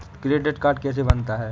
Credit card कैसे बनता है?